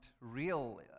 real